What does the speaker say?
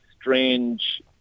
strange